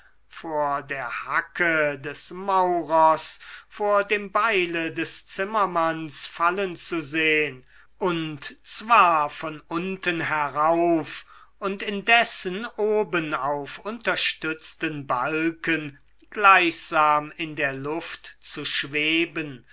vor der hacke des maurers vor dem beile des zimmermanns fallen zu sehen und zwar von unten herauf und indessen oben auf unterstützten balken gleichsam in der luft zu schweben